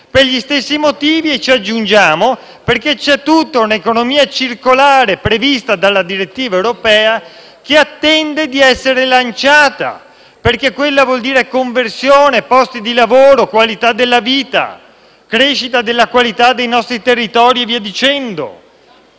per gli stessi motivi, e - aggiungiamo - perché c'è tutta un'economia circolare prevista dalla direttiva europea che attende di essere lanciata e che vuol dire conversione, posti di lavoro, qualità della vita, crescita della qualità dei nostri territori e quant'altro.